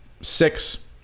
six